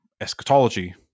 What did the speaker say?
eschatology